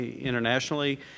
internationally